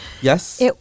Yes